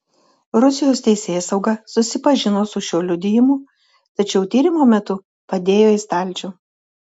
rusijos teisėsauga susipažino su šiuo liudijimu tačiau tyrimo metu padėjo į stalčių